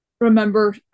remember